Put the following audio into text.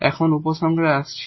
এখন এইভাবে উপসংহারে আসছি